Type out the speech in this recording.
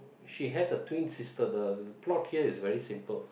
she had a twin sister the plot here is very simple